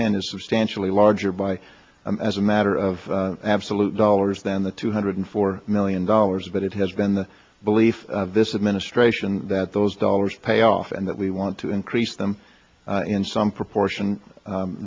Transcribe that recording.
ten is substantially larger by as a matter of absolute dollars than the two hundred four million dollars but it has been the belief this administration that those dollars pay off and that we want to increase them in some proportion